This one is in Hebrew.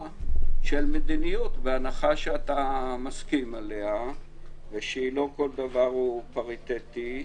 של מדיניות בהנחה שאתה מסכים עליה ושלא כל דבר הוא פריטטי.